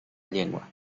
llengua